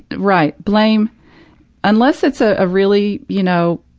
right. blame unless it's ah a really, you know,